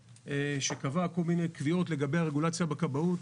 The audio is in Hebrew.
שקבע כל מיני קביעות לגבי הרגולציה בכבאות,